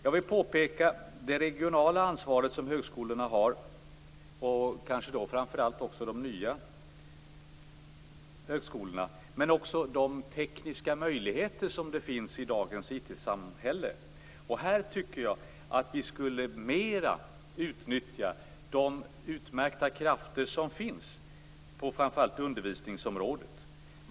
Jag vill peka på det regionala ansvar som högskolorna har - kanske framför allt de nya högskolorna - men också på de tekniska möjligheter som finns i dagens IT-samhälle. Här tycker jag att vi mer skulle utnyttja de utmärkta krafter som finns framför allt på undervisningsområdet.